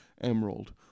Emerald